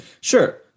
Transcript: Sure